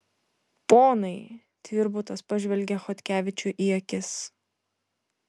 ponai tvirbutas pažvelgia chodkevičiui į akis